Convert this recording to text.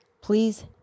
Please